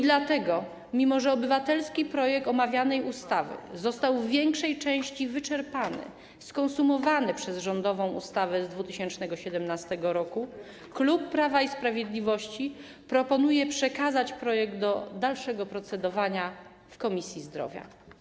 Dlatego, mimo że obywatelski projekt omawianej ustawy został w większej części wyczerpany, skonsumowany przez rządową ustawę z 2017 r., klub Prawa i Sprawiedliwości proponuje przekazać projekt do dalszego procedowania w Komisji Zdrowia.